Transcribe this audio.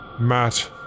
Matt